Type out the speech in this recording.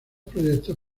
proyectos